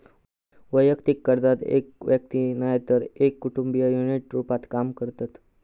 वैयक्तिक कर्जात एक व्यक्ती नायतर एक कुटुंब युनिट रूपात काम करतत